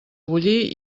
bullir